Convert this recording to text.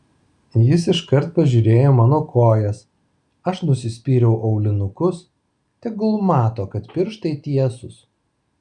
jis iškart pažiūrėjo į mano kojas aš nusispyriau aulinukus tegul mato kad pirštai tiesūs